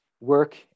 work